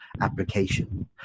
application